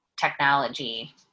technology